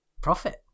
Profit